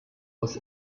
aus